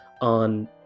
on